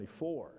24